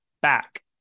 back